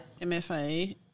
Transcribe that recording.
MFA